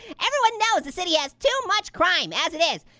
everyone knows the city has too much crime as it is.